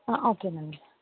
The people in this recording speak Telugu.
ఓకేనండి